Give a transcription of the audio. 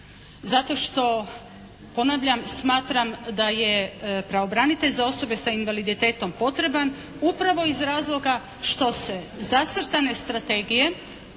zato što ponavljam smatram da je pravobranitelj za osobe sa invaliditetom potreban upravo iz razloga što se zacrtane strategije